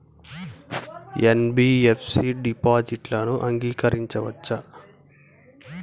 NBFC డిపాజిట్లను అంగీకరించవచ్చా?